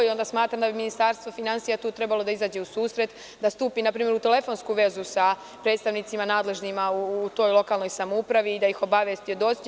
Onda smatram da Ministarstvo finansija tu treba daim izađe u susret, da stupi npr. u telefonsku vezu sa predstavnicima nadležnih u toj lokalnoj samoupravi i da ih obavesti o docnji.